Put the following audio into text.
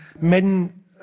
men